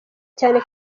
cyane